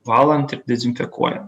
valant ir dezinfekuojan